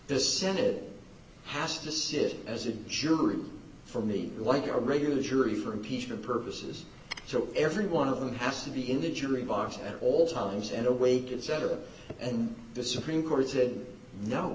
the senate has to sit as a jury for me like a regular jury for impeachment purposes so every one of them has to be in the jury box at all times and awaken center and the supreme court said no